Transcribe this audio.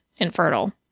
infertile